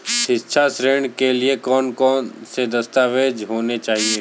शिक्षा ऋण के लिए कौन कौन से दस्तावेज होने चाहिए?